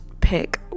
pick